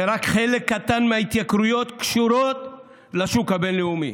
שרק חלק קטן מההתייקרויות קשור לשוק הבין-לאומי.